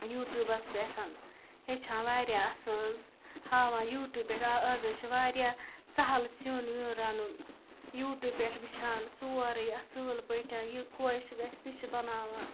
یوٗٹیوبَس پٮ۪ٹھ ہیٚچھان واریاہ اَصٕل حظ ہاوان یوٗٹیوب پٮ۪ٹھ آز حظ چھِ واریاہ سَہل سیُن ویُن رَنُن یوٗٹیوب پٮ۪ٹھ وٕچھان سورُے اَصۭل پٲٹھۍ یہِ خۄش گَژھِ تہِ چھِ بَناوان